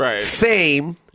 fame